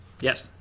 Yes